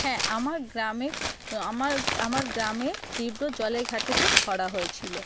হ্যাঁ আমার গ্রামে আমার আমার গ্রামে তীব্র জলের ঘাটতিতে খরা হয়েছিলো